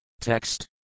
text